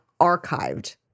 archived